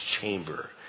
chamber